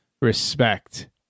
respect